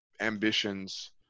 ambitions